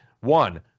one